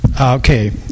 Okay